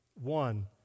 one